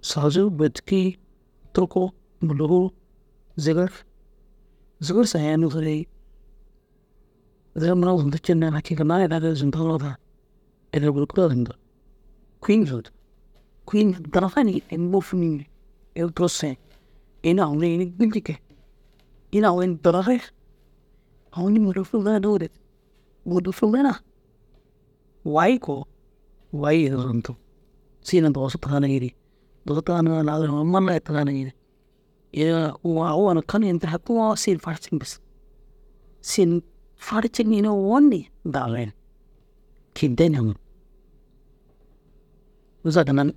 Sasu bôtuki turku mûlofur zigir zigir saya nusurei zigir mire na zundu ciirna lakin mura ginnar na ina ara zundu re ini guru kaa kûyin zundu kûyin danare ni ini môfuni ini durusa ni kûyin agu mire dinare ogoni mûlofur mire na dugure mûlofur mire na. Wayi koo wahii in zundu sigin na dugusu taganigi. Dugusu tagannoo lau malayi taganigi ni îyo aũ na kal ini tira hakiŋoo sigin farciŋ bes. Sigin farciŋi ini ôwonni danare ni kidde ni ogon